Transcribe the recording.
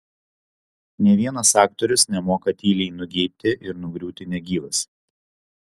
nė vienas aktorius nemoka tyliai nugeibti ir nugriūti negyvas